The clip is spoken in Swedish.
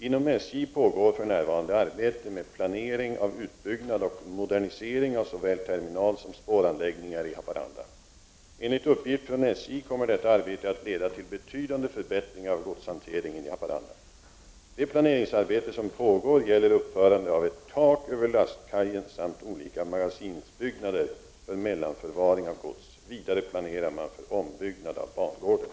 Inom SJ pågår för närvarande arbete med planering av utbyggnad och modernisering av såväl terminal som spåranläggningar i Haparanda. Enligt uppgift från SJ kommer detta arbete att leda till betydande förbättringar av godshanteringen i Haparanda. Det planeringsarbete som pågår gäller uppförande av ett tak över lastkajen samt olika magasinsbyggnader för mellanförvaring av gods. Vidare planerar man för ombyggnad av bangården.